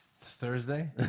Thursday